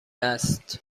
است